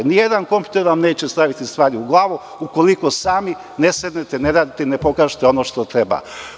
Nijedan kompjuter vam neće staviti stvari u glavu, ukoliko sami ne sednete, ne radite i ne pokažete ono što treba.